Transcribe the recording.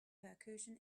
percussion